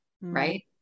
right